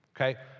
Okay